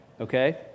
okay